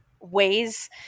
ways